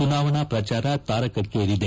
ಚುನಾವಣಾ ಪ್ರಚಾರ ತಾರಕಕ್ಷೇರಿದೆ